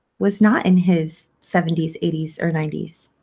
was not in his seventy s, eighty s or ninety s.